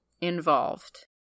involved